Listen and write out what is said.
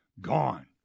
gone